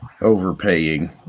overpaying